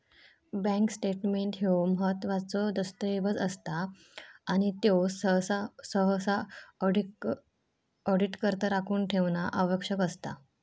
bank statement ह्यो महत्त्वाचो दस्तऐवज असता आणि त्यो सहसा ऑडिटकरता राखून ठेवणा आवश्यक असता